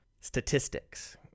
Statistics